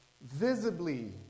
visibly